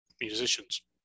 musicians